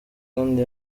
kandi